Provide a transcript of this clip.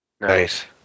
Nice